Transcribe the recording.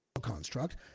construct